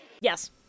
Yes